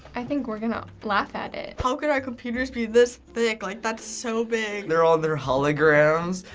i think we're gonna laugh at it. how could our computers be this thick, like that's so big! they're on their holograms.